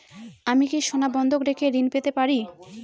আমি কি সোনা বন্ধক রেখে ঋণ পেতে পারি?